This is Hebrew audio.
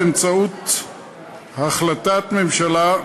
באמצעות החלטת ממשלה,